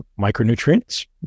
micronutrients